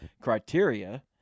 criteria